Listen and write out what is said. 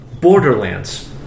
Borderlands